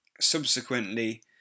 subsequently